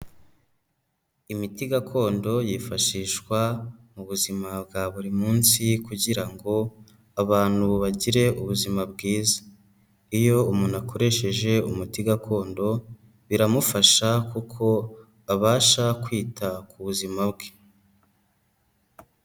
Imiti gakondo yifashishwa mu buzima bwa buri munsi, kugira ngo abantu bagire ubuzima bwiza. Iyo umuntu akoresheje umuti gakondo ,biramufasha kuko abasha kwita ku buzima bwe.